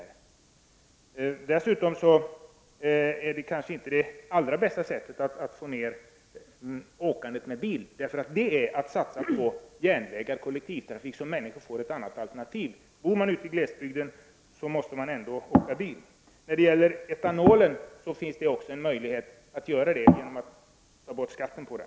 En höjning av bensinpriset är kanske inte det bästa sättet att få ned åkandet med bil, utan det är i stället att satsa på järnvägar och kollektivtrafik för att ge människor ett alternativ. Bor man i glesbygden klarar man sig inte utan bil. Slutligen finns det en möjlighet att göra etanolen konkurrenskraftig, och det är att ta bort skatten på den.